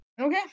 Okay